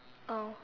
oh